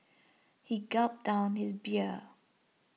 he gulped down his beer